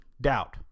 doubt